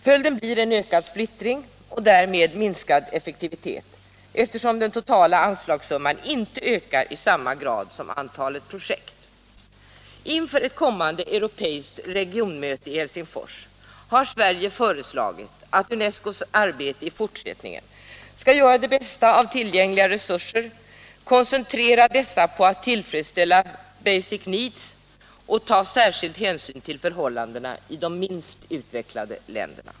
Följden blir en ökad splittring och därmed minskad effektivitet eftersom den totala anslagssumman inte ökar i samma grad som antalet projekt. Inför ett kommande europeiskt regionmöte i Helsingfors har Sverige föreslagit att UNESCO i sitt arbete i fortsättningen skall göra det bästa av tillgängliga resurser, koncentrera dessa på att tillfredsställa basic needs och ta särskild hänsyn till förhållandena i de minst utvecklade länderna.